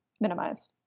minimize